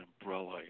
umbrella